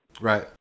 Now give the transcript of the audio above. Right